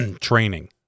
training